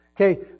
Okay